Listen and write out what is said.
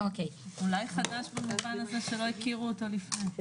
היו לזה היסטוריה,